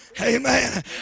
Amen